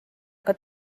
aga